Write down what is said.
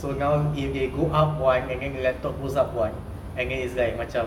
so now if they go up one and then the laptop goes up one and then it's like macam